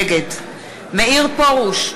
נגד מאיר פרוש,